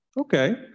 okay